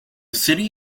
city